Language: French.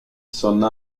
sonna